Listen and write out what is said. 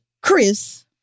Chris